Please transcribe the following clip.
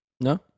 No